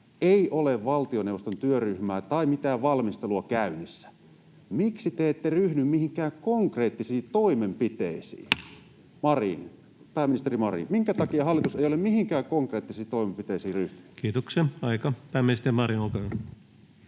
ei ole valtioneuvoston työryhmää tai mitään valmistelua käynnissä. Miksi te ette ryhdy mihinkään konkreettisiin toimenpiteisiin? Pääministeri Marin, minkä takia hallitus ei ole mihinkään konkreettisiin toimenpiteisiin ryhtynyt? [Speech 95] Speaker: Ensimmäinen varapuhemies